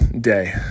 day